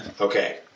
Okay